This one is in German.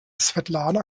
svetlana